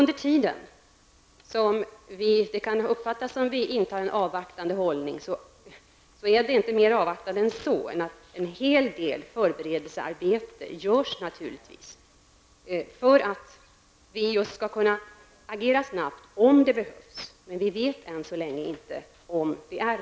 Det kan uppfattas som att vi intar en avvaktande hållning, men vi är inte mer avvaktande än att vi naturligtvis genomför en hel del förberedelsearbete för att vi skall kunna agera snabbt om det blir nödvändigt. Vi vet än så länge inte om detta är fallet.